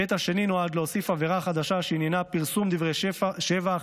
ההיבט השני נועד להוסיף עבירה חדשה שעניינה פרסום דברי שבח,